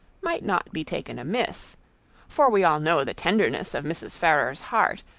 might not be taken amiss for we all know the tenderness of mrs. ferrars's heart,